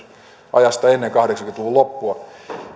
ajasta ennen kahdeksankymmentä luvun loppua